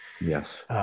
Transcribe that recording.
Yes